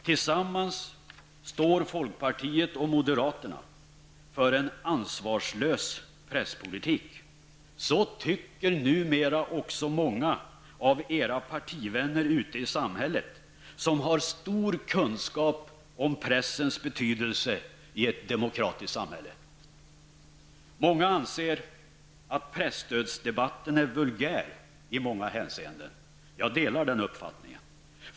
Tillsammans står folkpartiet och moderaterna för en ansvarslös presspolitik. Så tycker numera också många av era partivänner ute i samhället som har stor kunskap om pressens betydelse i ett demokratiskt samhälle. Många anser att presstödsdebatten är vulgär i många hänseenden. Jag delar den uppfattningen.